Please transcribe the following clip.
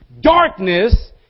darkness